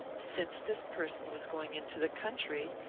since this person was going into the country,